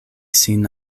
sin